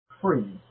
free